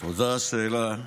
תודה על השאלה,